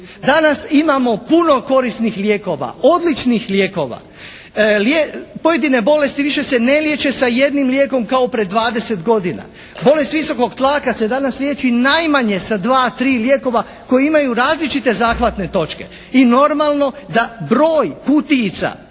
Danas imamo puno korisnih lijekova. Odličnih lijekova. Pojedine bolesti više se ne liječe sa jednim lijekom kao pred 20 godina. Bolest visokog tlaka se danas liječi najmanje sa dva, tri lijekova koji imaju različite zahvatne točke. I normalno da broj kutijica